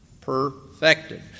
perfected